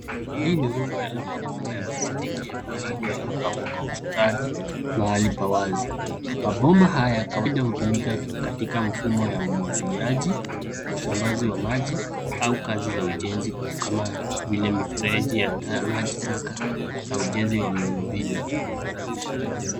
Hii ni rundo la mabomba ya plastiki ya mviringo yaliyopangwa kwa ustadi mahali pa wazi. Mabomba haya kawaida hutumika katika mfumo ya umwagiliaji, usambazi wa maji au kazi za ujenzi kama vile mifereji ya maji taka na ujenzi wa miundo mbinu.